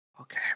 okay